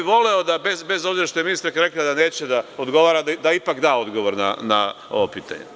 Voleo bih, bez obzira što je ministarka rekla da neće da odgovara, da ipak da odgovor na ovo pitanje.